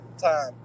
time